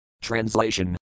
Translation